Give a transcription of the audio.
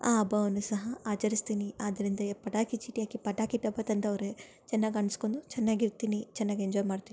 ಆ ಹಬ್ಬವನ್ನು ಸಹ ಆಚರಿಸ್ತೀನಿ ಆದ್ದರಿಂದ ಪಟಾಕಿ ಚೀಟಿ ಹಾಕಿ ಪಟಾಕಿ ಡಬ್ಬ ತಂದವರೆ ಚೆನ್ನಾಗಿ ಅಂಡ್ಸ್ಕೊಂಡು ಚೆನ್ನಾಗಿರ್ತೀರ್ತಿನಿ ಚೆನ್ನಾಗಿ ಎಂಜಾಯ್ ಮಾಡ್ತಿ